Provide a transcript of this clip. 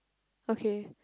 okay